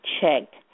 checked